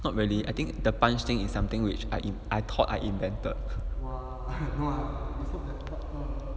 not really I think the punch thing in something which I if I thought I invented